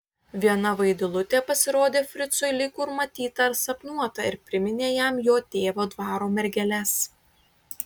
viena vaidilutė pasirodė fricui lyg kur matyta ar sapnuota ir priminė jam jo tėvo dvaro mergeles